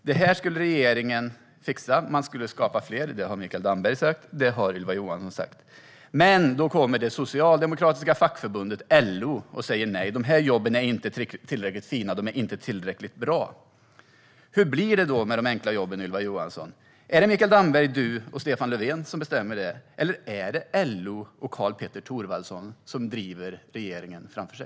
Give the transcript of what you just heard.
Det skulle regeringen fixa - man skulle skapa fler. Det har Mikael Damberg sagt, och det har Ylva Johansson sagt. Men då kommer det socialdemokratiska fackförbundet LO och säger nej, för de här jobben är inte tillräckligt fina och inte tillräckligt bra. Hur blir det med de enkla jobben, Ylva Johansson? Är det Mikael Damberg, du och Stefan Löfven som bestämmer det, eller är det LO och Karl-Petter Thorwaldsson som driver regeringen framför sig?